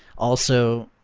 also,